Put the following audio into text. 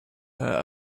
her